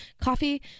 coffee